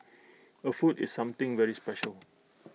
A foot is something very special